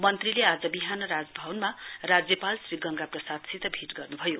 मन्त्रीले आज विहान राजभवनमा राज्यपाल श्री गंगा प्रसादसित भेट गर्नुभयो